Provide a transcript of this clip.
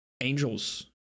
angels